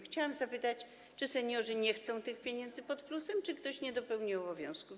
Chciałam zapytać, czy seniorzy nie chcą tych pieniędzy pod plusem, czy ktoś nie dopełnił obowiązków.